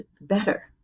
better